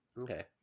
Okay